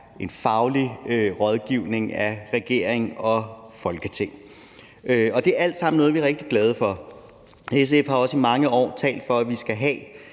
en faglig rådgivning af regeringen og Folketinget. Det er alt sammen noget, vi er rigtig glade for. SF har også i mange år talt for, at vi skal have